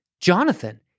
Jonathan